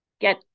get